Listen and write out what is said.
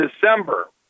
December